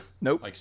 Nope